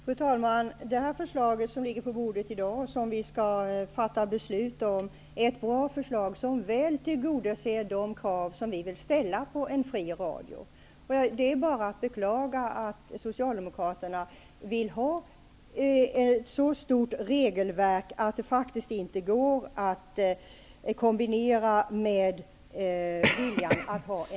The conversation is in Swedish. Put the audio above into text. Fru talman! Det här förslaget som i dag ligger på bordet, som vi skall fatta beslut om, är ett bra förslag. Det tillgodoser väl de krav som vi vill ställa på en fri radio. Det är bara att beklaga att Socialdemokraterna vill ha ett så stort regelverk att det faktiskt inte går att kombinera med en fri radio.